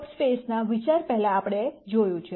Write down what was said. સબ સ્પેસના વિચાર પહેલાં આપણે જોયું છે